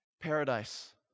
Paradise